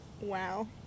Wow